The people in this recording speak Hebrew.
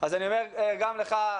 אז אני אומר גם לך,